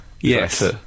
Yes